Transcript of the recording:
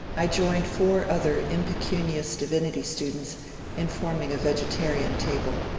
i joined four other impecunious divinity students in forming a vegetarian table.